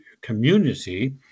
community